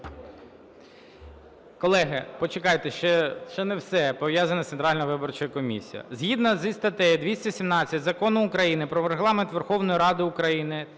Колеги, почекайте, ще не все пов'язане із Центральною виборчою комісією. Згідно із статтею 217 Закону України "Про Регламент Верховної Ради України"